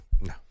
No